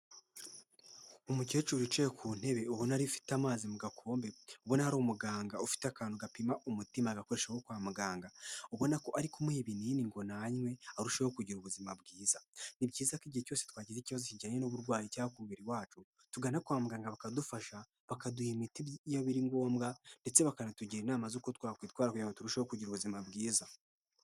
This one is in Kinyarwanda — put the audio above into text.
Umukecuru wicaye ku ntebe ubona rifite amazi mu gakombe ubona hari umuganga ufite akantu gapima umutima agakore ko kwa muganga . Ubona ko ari kumuha ibinini ngo ni anywe arusheho kugira ubuzima bwiza. Ni byiza ko igihe cyose twagira ikibazo kijyanye n'uburwayi cyangwa umubiri iwacu tugana kwamaganga bakadufasha bakaduha imiti iyo biri ngombwa ndetse bakanatugira inama z'uko twakwitwara kugira ngo turushaho kugira ubuzima bwiza.